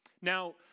Now